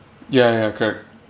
ya ya correct